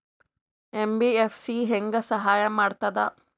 MBFC ಹೆಂಗ್ ಸಹಾಯ ಮಾಡ್ತದ?